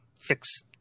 fix